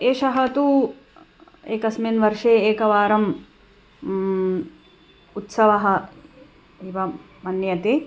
एषः तु एकस्मिन् वर्षे एकवारम् उत्सवः एव मन्यते